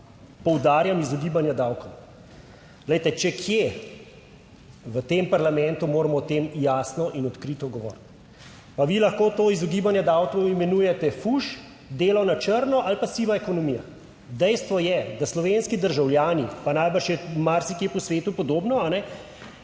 poudarjam, izogibanja davkom. Glejte, če kje v tem parlamentu moramo o tem jasno in odkrito govoriti, pa vi lahko to izogibanje davkov imenujete fuš, delo na črno ali pa siva ekonomija. Dejstvo je, da slovenski državljani, pa najbrž je marsikje po svetu podobno,